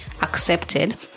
accepted